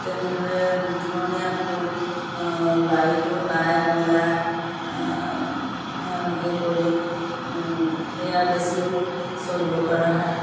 তেনেধৰে ধৰণে আকৌ বাৰীতো লাই মূলা এনেকৈ কৰি সেয়া বেচিও চলিব পৰা হয়